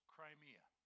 Crimea